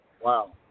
Wow